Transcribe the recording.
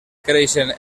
creixen